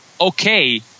okay